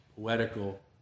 poetical